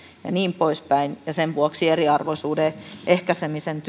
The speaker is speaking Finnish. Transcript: ja niin pois päin ja sen vuoksi työ eriarvoisuuden ehkäisemiseksi